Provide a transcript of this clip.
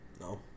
No